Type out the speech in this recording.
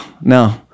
no